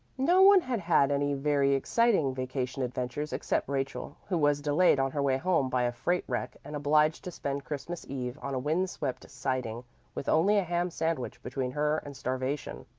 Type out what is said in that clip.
no one had had any very exciting vacation adventures except rachel, who was delayed on her way home by a freight wreck and obliged to spend christmas eve on a windswept siding with only a ham sandwich between her and starvation,